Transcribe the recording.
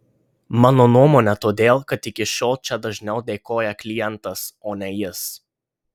mano nuomone todėl kad iki šiol čia dažniau dėkoja klientas o ne jis